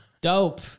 Dope